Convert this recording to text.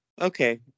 Okay